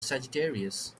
sagittarius